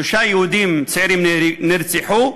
שלושה יהודים צעירים נרצחו,